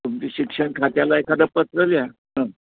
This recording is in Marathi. तुमचे शिक्षण खात्याला एखादं पत्र लिहा हां